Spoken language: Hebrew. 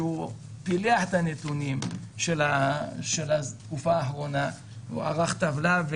שפילח את הנתונים של התקופה האחרונה וערך טבלה,